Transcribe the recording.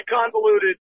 convoluted